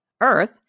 earth